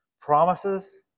promises